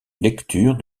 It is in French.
lecture